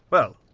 well.